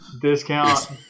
discount